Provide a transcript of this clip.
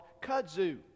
kudzu